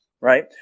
right